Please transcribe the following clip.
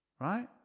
Right